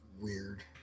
weird